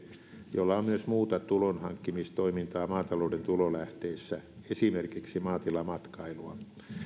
jolla on myös muuta tulonhankkimistoimintaa maatalouden tulolähteessä esimerkiksi maatilamatkailua